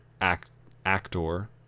actor